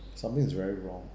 something is very wrong